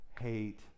hate